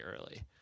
early